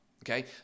okay